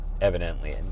evidently